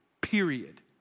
period